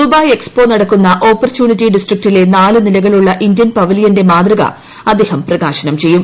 Dubai expo നടക്കുന്ന ഓപ്പർച്യൂണിറ്റി ഡിസ്ട്രിക്റ്റിലെ നാല് നിലകളുള്ള ഇന്ത്യൻ പവിലിയന്റെ മാതൃക അദ്ദേഹം പ്രകാശനം ചെയ്യും